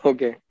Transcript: Okay